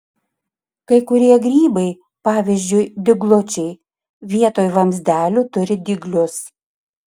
kai kurie grybai pavyzdžiui dyglučiai vietoj vamzdelių turi dyglius